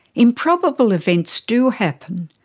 improbable events do happen,